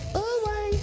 away